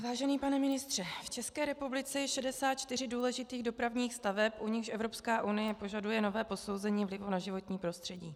Vážený pane ministře, v České republice je 64 důležitých dopravních staveb, u nichž Evropská unie požaduje nové posouzení vlivu na životní prostředí.